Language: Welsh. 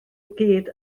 gyd